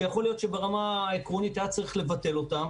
שיכול להיות שברמה העקרונית היה צריך לבטל אותם